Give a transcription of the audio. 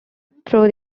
through